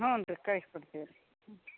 ಹ್ಞೂ ರೀ ಕಳ್ಸಿ ಕೊಡ್ತೀವಿ ರೀ